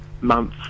month